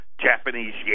Japanese